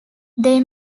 they